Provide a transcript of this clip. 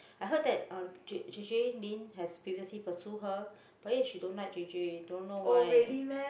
I heard that uh j J_J-Lin has previously pursue her but yet she don't like j_j don't know why